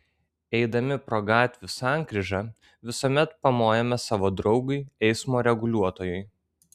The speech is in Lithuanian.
eidami pro gatvių sankryžą visuomet pamojame savo draugui eismo reguliuotojui